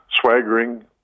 swaggering